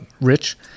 rich